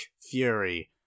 Fury